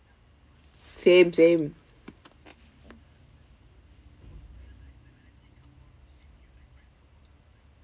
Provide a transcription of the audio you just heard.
same same